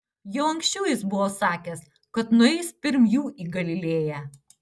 jau anksčiau jis buvo sakęs kad nueis pirm jų į galilėją